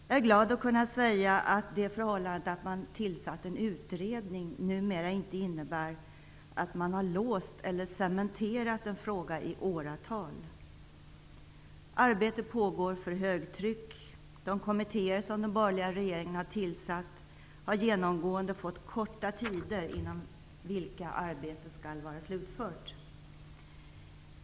Jag är glad att kunna säga att det förhållandet att man har tillsatt en utredning numera inte innebär att man har låst eller cementerat en fråga i åratal. Arbetet pågår för högtryck. De kommittéer som den borgerliga regeringen har tillsatt har genomgående fått korta tider inom vilka arbetet skall vara slutfört.